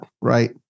Right